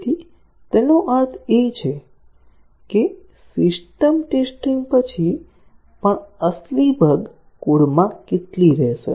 તેથી તેનો અર્થ એ છે કે સિસ્ટમ ટેસ્ટીંગ પછી પણ અસલી બગ કોડમાં કેટલી રહેશે